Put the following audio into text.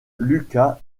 lucas